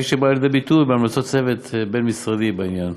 שבאה לידי ביטוי בהמלצות צוות בין-משרדי בעניין.